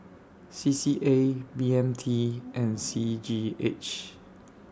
C C A B M T and C G H